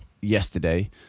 yesterday